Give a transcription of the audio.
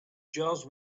just